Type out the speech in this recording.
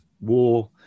war